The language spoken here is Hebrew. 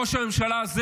ראש הממשלה הזה,